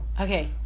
Okay